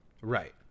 Right